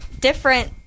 different